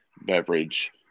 beverage